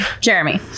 Jeremy